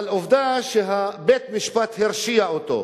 אבל עובדה שבית-משפט הרשיע אותו,